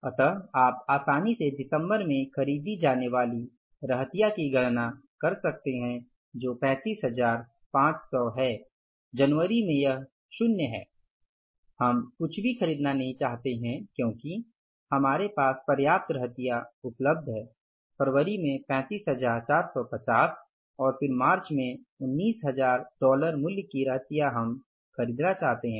इसलिए आप आसानी से दिसम्बर में खरीदी जाने वाली रहतिया की गणना कर सकते है जो 35500 है जनवरी में यह शुन्य है हम कुछ भी खरीदना नहीं चाहते हैं क्योंकि हमारे पास पर्याप्त रहतिया उपलब्ध है फरवरी में 35450 और फिर मार्च में 19000 डॉलर मूल्य की रहतिया हम खरीदना चाहते हैं